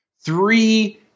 three